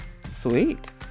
Sweet